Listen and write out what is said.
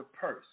purse